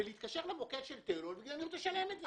הוא מתקשר למוקד של טלאול ואומרים לו: תשלם את זה.